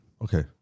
Okay